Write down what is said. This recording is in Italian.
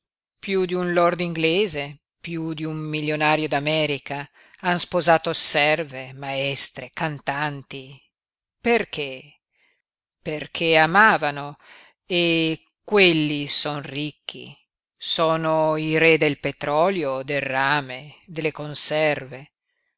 piú di un lord inglese piú di un milionario d'america han sposato serve maestre cantanti perché perché amavano e quelli son ricchi sono i re del petrolio del rame delle conserve